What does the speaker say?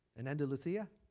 and andalusia.